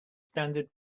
standard